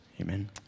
Amen